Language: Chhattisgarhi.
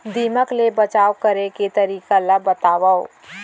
दीमक ले बचाव करे के तरीका ला बतावव?